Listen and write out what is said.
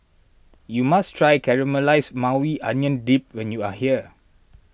you must try Caramelized Maui Onion Dip when you are here